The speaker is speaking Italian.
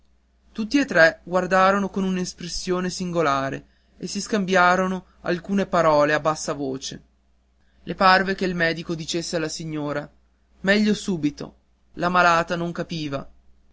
tutti e tre la guardarono con un'espressione singolare e si scambiarono alcune parole a bassa voce le parve che il medico dicesse alla signora meglio subito la malata non capiva